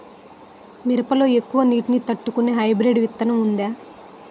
మిరప లో ఎక్కువ నీటి ని తట్టుకునే హైబ్రిడ్ విత్తనం వుందా?